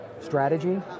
strategy